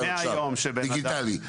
דיגיטלי,